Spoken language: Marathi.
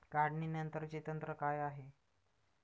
काढणीनंतरचे तंत्र काय आहे?